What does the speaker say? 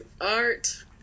art